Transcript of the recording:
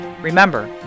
Remember